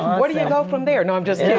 um but do you go from there? no, i'm just